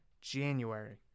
January